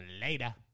Later